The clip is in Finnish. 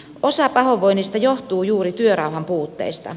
osa pahoinvoinnista johtuu juuri työrauhan puutteesta